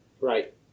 Right